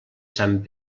sant